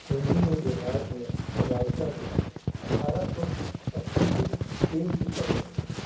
ਹਿੰਦੀ ਨੂੰ ਬਿਹਾਰ ਦੀਆਂ ਅਦਾਲਤਾਂ ਵਿੱਚ ਅਠਾਰਾਂ ਸੌ ਅੱਸੀ ਵਿੱਚ ਪੇਸ਼ ਕੀਤਾ ਗਿਆ ਸੀ